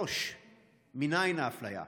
3. מניין האפליה?